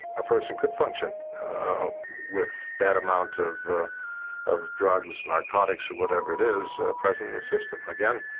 a person could function with that amount of of drugs, narcotics, or whatever it is present in the system. again,